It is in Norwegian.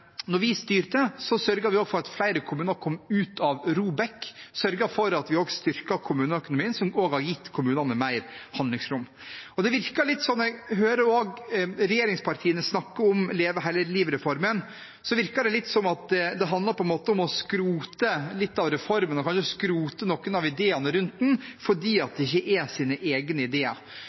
vi styrte, sørget vi for at flere kommuner kom ut av ROBEK, og vi sørget også for å styrke kommuneøkonomien, som har gitt kommunene mer handlingsrom. Når jeg hører regjeringspartiene snakke om Leve hele livet-reformen, virker det som om det handler om å skrote litt av reformen og å velge å skrote noen av ideene rundt den fordi det ikke er deres egne ideer.